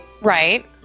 Right